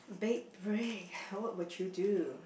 what would you do